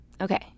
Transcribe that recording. okay